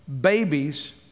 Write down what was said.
babies